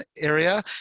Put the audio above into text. area